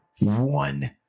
one